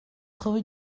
rue